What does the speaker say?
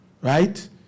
right